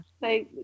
say